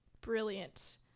brilliant